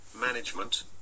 management